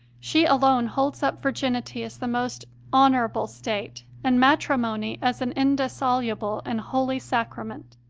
she alone holds up virginity as the most honourable state and matrimony as an indissoluble and holy sacrament.